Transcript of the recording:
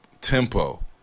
tempo